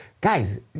guys